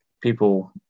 people